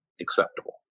acceptable